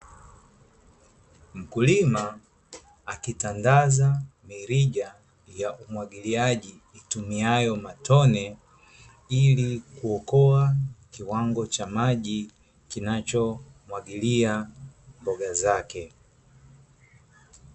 Mkulima akitandaza mirija ya umwagiliaji itumiayo matone ili kuokoa kiwango cha maji kinachomwagilia mboga zake.